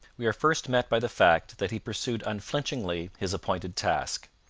we are first met by the fact that he pursued unflinchingly his appointed task.